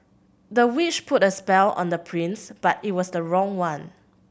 the witch put a spell on the prince but it was the wrong one